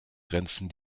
grenzen